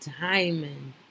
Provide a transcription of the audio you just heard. diamond